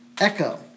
echo